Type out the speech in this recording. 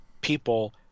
people